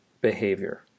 behavior